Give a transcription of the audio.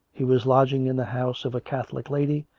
he was lodging in the house of a catholic lady,